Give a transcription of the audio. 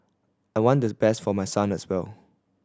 I want does best for my son as well